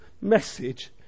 message